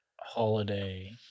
Holiday